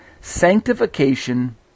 Sanctification